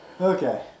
Okay